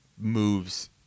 moves